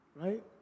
Right